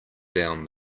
down